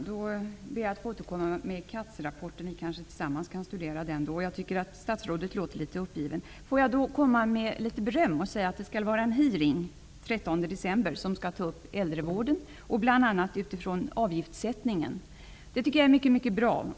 Herr talman! Jag ber att få återkomma till Katzrapporten. Vi kan kanske tillsammans studera den. Jag tycker att statsrådet låter litet uppgiven. För att komma med litet beröm vill jag säga att det skall hållas en hearing den 13 december om äldrevården, bl.a. med utgångspunkt i avgiftssättningen, vilket jag tycker är mycket bra.